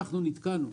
אנחנו נתקענו.